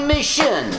Mission